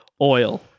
oil